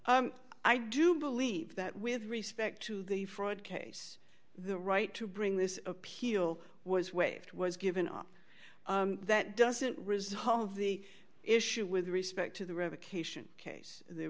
argument i do believe that with respect to the fraud case the right to bring this appeal was waived was given up that doesn't result of the issue with respect to the revocation case the